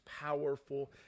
powerful